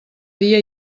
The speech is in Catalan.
dia